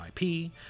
IP